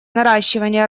наращивания